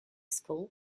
school